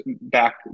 back